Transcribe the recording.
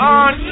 on